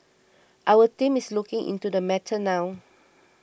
our team is looking into the matter now